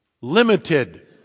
limited